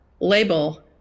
label